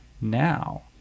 now